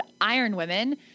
IRONWOMEN